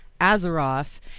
Azeroth